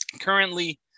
Currently